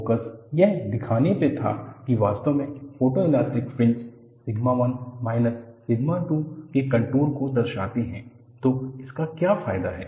focus यह दिखाने पर था कि वास्तव में photoelastic fringes sigma 1 minus sigma 2 के कंटूर को दर्शाते हैं तो इसका क्या फायदा है